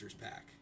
pack